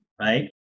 right